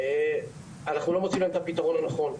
אנחנו לא מוצאים את הפתרון הנכון.